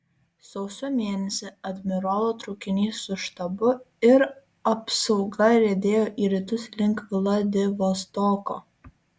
sausio mėnesį admirolo traukinys su štabu ir apsauga riedėjo į rytus link vladivostoko